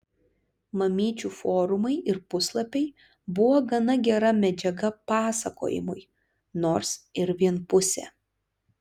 mamyčių forumai ir puslapiai buvo gana gera medžiaga pasakojimui nors ir vienpusė